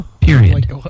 Period